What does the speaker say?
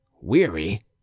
weary